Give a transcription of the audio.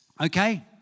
Okay